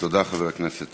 תודה, חבר הכנסת